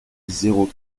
zéro